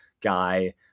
guy